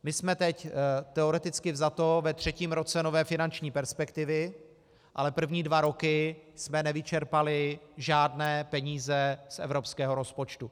My jsme teď teoreticky vzato ve třetím roce nové finanční perspektivy, ale první dva roky jsme nevyčerpali žádné peníze z evropského rozpočtu.